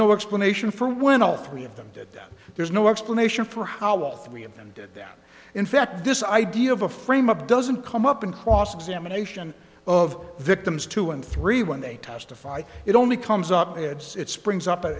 no explanation for when all three of them did that there's no explanation for how all three of them did that in fact this idea of a frame up doesn't come up in cross examination of victims two and three when they testify it only comes up heads it springs up at